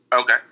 Okay